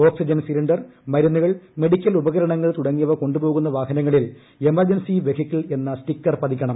oxygen cylinder മരുന്നുകൾ medical ഉപകരണങ്ങൾ തുടങ്ങിയവ കൊണ്ടുപോകുന്ന വാഹനങ്ങളിൽ എമർജൻസി വെഹിക്കിൾ എന്ന സ്റ്റിക്കർ പതിക്കണം